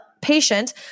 patient